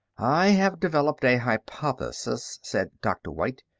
i have developed a hypothesis, said dr. white,